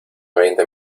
veinte